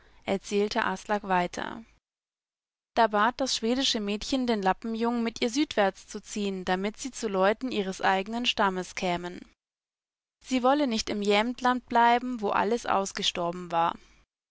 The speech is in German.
erzählte aslak weiter da bat das schwedische mädchen den lappenjungen mit ihr südwärts zu ziehen damit sie zu leuten ihres eigenen stammes kämen sie wolle nicht in jämtland bleiben wo alles ausgestorben war